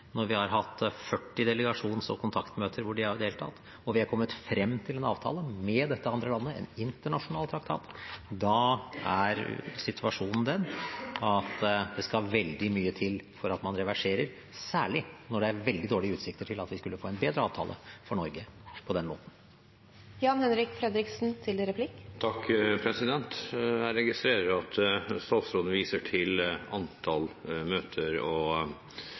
når vi har hatt 40 delegasjons- og kontaktmøter hvor de har deltatt, og vi er kommet frem til en avtale med dette andre landet – en internasjonal traktat – er situasjonen den at det skal veldig mye til for at man reverserer, særlig når det er veldig dårlige utsikter til at vi skulle få en bedre avtale for Norge på den måten. Jeg registrerer at statsråden viser til antall møter, og